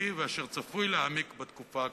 נקלע אליו ואשר צפוי כי יעמיק בתקופה הקרובה.